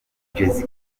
jesse